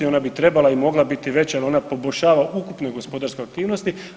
Ona bi trebala i mogla biti veća jer ona poboljšava ukupne gospodarske aktivnosti.